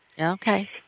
Okay